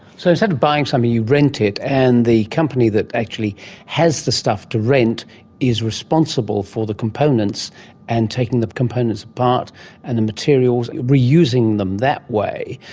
so, instead of buying something, you rent it and the company that actually has the stuff to rent is responsible for the components and taking the components apart and the materials, reusing them that way.